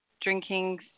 drinking